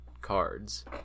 cards